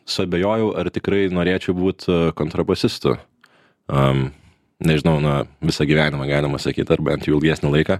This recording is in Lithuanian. suabejojau ar tikrai norėčiau būt kontrabosistu am nežinau na visą gyvenimą galima sakyt ar bent jau ilgesnį laiką